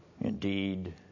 Indeed